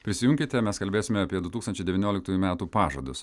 prisijunkite mes kalbėsime apie du tūkstančiai devynioliktųjų metų pažadus